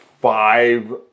five